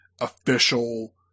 official